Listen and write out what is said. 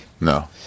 no